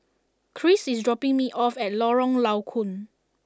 Kris is dropping me off at Lorong Low Koon